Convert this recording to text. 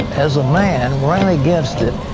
as a man, ran against it,